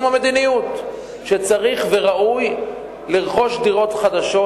עם המדיניות שצריך וראוי לרכוש דירות חדשות,